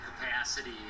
capacity